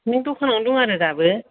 नों दखानावनो दं आरो दाबो